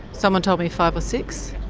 someone told me five or six.